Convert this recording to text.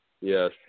Yes